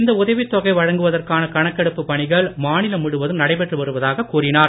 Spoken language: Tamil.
இந்த உதவித் தொகை வழங்குவதற்கான கணக்கெடுப்பு பணிகள் மாநிலம் முழுவதும் நடைபெற்று வருவதாக அவர் கூறினார்